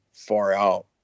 far-out